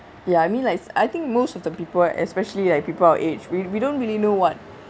ya I mean like us I think most of the people right especially like people our age we we don't really know what